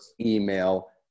email